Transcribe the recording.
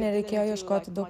nereikėjo ieškoti daug